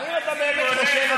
האם אתה באמת חושב,